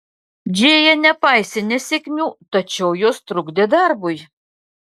džėja nepaisė nesėkmių tačiau jos trukdė darbui